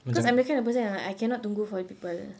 because I'm the kind of person yang I cannot tunggu for people